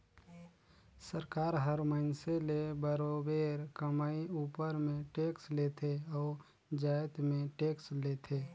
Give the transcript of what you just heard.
सरकार हर मइनसे ले बरोबेर कमई उपर में टेक्स लेथे अउ जाएत में टेक्स लेथे